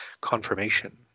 confirmation